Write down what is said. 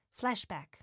Flashback